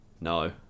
No